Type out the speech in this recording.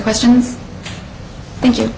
questions thank you